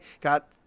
got